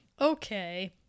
okay